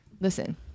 listen